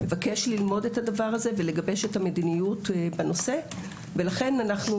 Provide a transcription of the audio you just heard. מבקש ללמוד את הדבר הזה ולגבש את המדיניות בנושא ולכן אנו